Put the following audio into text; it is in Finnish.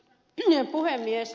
arvoisa puhemies